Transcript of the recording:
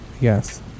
Yes